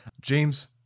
James